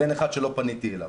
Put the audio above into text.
ואין אחד שלא פניתי אליו.